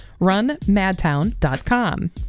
runmadtown.com